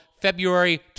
February